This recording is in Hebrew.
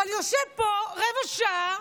אבל יושב פה רבע שעה,